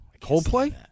Coldplay